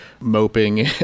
moping